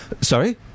Sorry